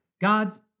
God's